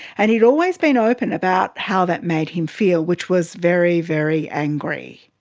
and he'd always been open about how that made him feel, which was very, very angry.